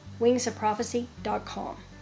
wingsofprophecy.com